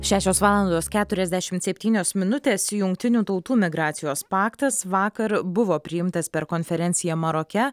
šešios valandos keturiasdešimt septynios minutės jungtinių tautų migracijos paktas vakar buvo priimtas per konferenciją maroke